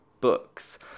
books